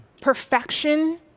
perfection